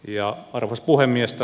arvoisa puhemies